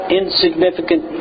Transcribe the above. insignificant